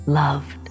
loved